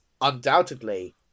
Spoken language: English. undoubtedly